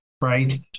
right